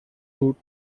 route